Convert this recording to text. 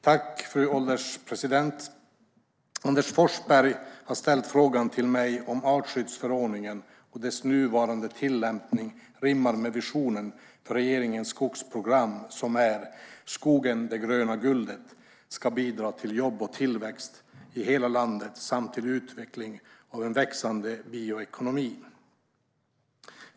Fru ålderspresident! Anders Forsberg har ställt frågan till mig om artskyddsförordningen och dess nuvarande tillämpning rimmar med visionen för regeringens skogsprogram, som är: "Skogen - det gröna guldet - ska bidra till jobb och hållbar tillväxt i hela landet samt till utvecklingen av en växande bioekonomi".